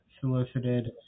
solicited